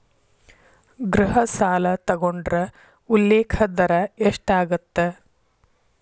ಗೃಹ ಸಾಲ ತೊಗೊಂಡ್ರ ಉಲ್ಲೇಖ ದರ ಎಷ್ಟಾಗತ್ತ